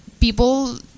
people